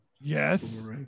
yes